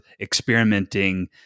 experimenting